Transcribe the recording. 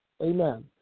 Amen